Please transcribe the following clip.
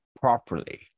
properly